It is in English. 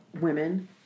women